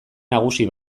nagusi